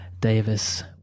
Davis